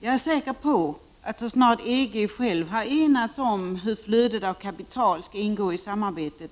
Jag är säker på att så snart man inom EG har enats om hur flödet av kapital skall ingå i samarbetet,